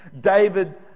David